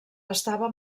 estava